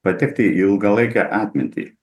patekti į ilgalaikę atmintį